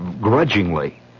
grudgingly